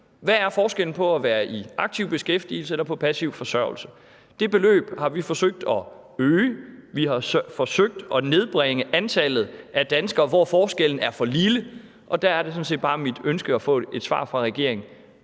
Hvad er forskellen på at være i aktiv beskæftigelse og på passiv forsørgelse? Det beløb har vi forsøgt at øge, og vi har forsøgt at nedbringe antallet af danskere, for hvem forskellen er for lille, og der er det sådan set bare mit ønske at få et svar fra regeringen.